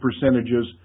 percentages